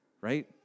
right